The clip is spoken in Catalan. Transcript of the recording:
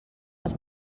els